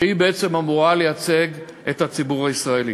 שהיא בעצם אמורה לייצג את הציבור הישראלי.